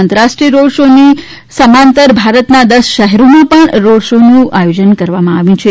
આંતરરાષ્ટ્રીય રોડ શોની સમાંતરભારતના દસ શહેરોમાં પણ રોડ શોનું આયોજન કરવામાં આવશે